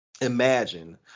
imagine